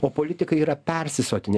o politikai yra persisotinę